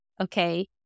Okay